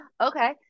Okay